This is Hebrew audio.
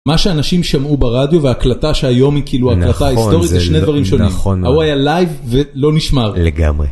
מה שאנשים שמעו ברדיו והקלטה שהיום היא כאילו הקלטה היסטורית זה שני דברים שונים, ההוא היה לייב ולא נשמר.